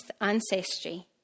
ancestry